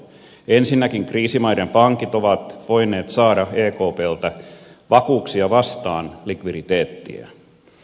ensinnäkin kriisimaiden pankit ovat voineet saada ekpltä vakuuksia vastaan likviditeettiä